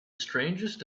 strangest